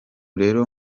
rero